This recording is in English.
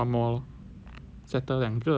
settle 两个了